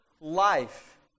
life